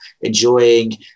enjoying